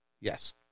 Yes